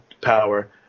power